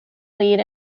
lead